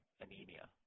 anemia